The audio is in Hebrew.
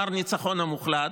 מר הניצחון המוחלט,